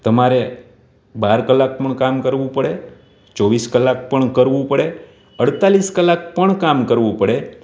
તમારે બાર કલાક પણ કામ કરવું પડે ચોવીસ કલાક પણ કરવું પડે અડતાળીસ કલાક પણ કામ કરવું પડે